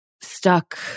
stuck